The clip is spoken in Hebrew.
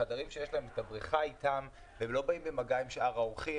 חדרים שלצדם יש בריכה והם לא באים במגע עם שאר האורחים.